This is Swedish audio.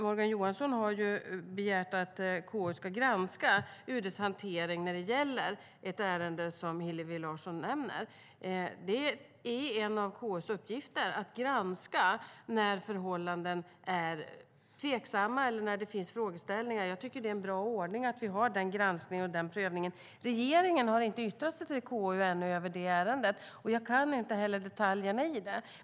Morgan Johansson har begärt att KU ska granska UD:s hantering när det gäller ett ärende Hillevi Larsson nämner. Det är en av KU:s uppgifter att granska när förhållanden är tveksamma eller när det finns frågeställningar. Jag tycker att det är en bra ordning att vi har den granskningen och prövningen. Regeringen har inte yttrat sig till KU i det ärendet ännu, och jag kan inte heller detaljerna i det.